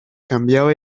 cambiaba